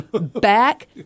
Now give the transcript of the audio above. back